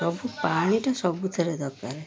ସବୁ ପାଣିଟା ସବୁଥିରେ ଦରକାର